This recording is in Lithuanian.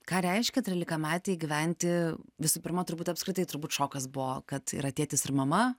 ką reiškia trylikametei gyventi visų pirma turbūt apskritai turbūt šokas buvo kad yra tėtis ir mama